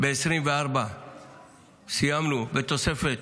ב-2024 סיימנו בתוספת